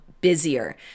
busier